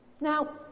Now